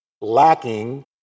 lacking